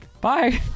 Bye